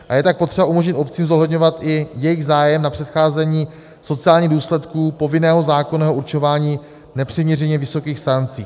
A je tak potřeba umožnit obcím zohledňovat i jejich zájem na předcházení sociálním důsledkům povinného zákonného určování nepřiměřeně vysokých sankcí.